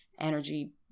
energy